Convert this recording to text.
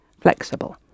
flexible